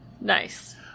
Nice